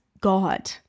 God